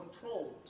controlled